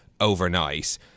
overnight